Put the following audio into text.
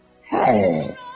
Hey